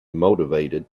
motivated